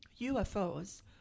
UFOs